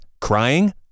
crying